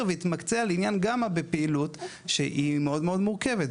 ויתמקצע לעניין גמא בפעילות שהיא מאוד מאוד מורכבת.